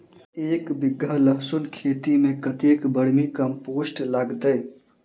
एक बीघा लहसून खेती मे कतेक बर्मी कम्पोस्ट लागतै?